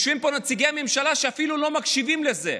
יושבים פה נציגי הממשלה שאפילו לא מקשיבים לזה.